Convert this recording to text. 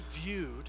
viewed